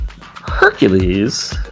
Hercules